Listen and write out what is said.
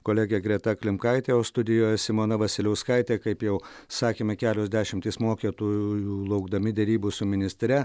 kolegė greta klimkaitė o studijoje simona vasiliauskaitė kaip jau sakėme kelios dešimtys mokytojų laukdami derybų su ministre